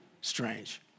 strange